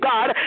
God